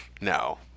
no